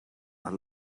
are